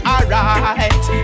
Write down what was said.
Alright